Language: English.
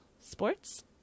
sports